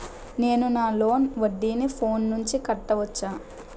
నేను నా లోన్ వడ్డీని ఫోన్ నుంచి కట్టవచ్చా?